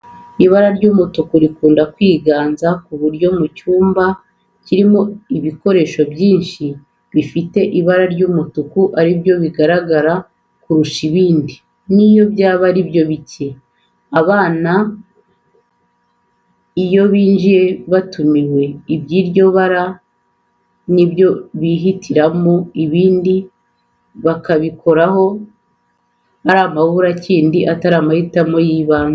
Ibara ry'umutuku rikunda kwiganza, ku buryo mu cyumba kirimo ibikoresho byinshi, ibifite ibara ry'umutuku aribyo bigaragara kurusha ibindi n'iyo byaba aribyo bikeya. N'abana iyo binjiyemo batumiwe, iby'iryo bara nibyo bahitiraho, ibindi bakabikoraho ari amaburakindi, atari amahitamo y'ibanze.